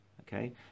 okay